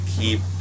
keep